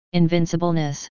invincibleness